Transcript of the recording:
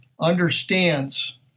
understands